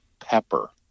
pepper